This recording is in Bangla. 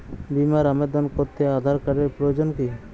বিমার আবেদন করতে আধার কার্ডের প্রয়োজন কি?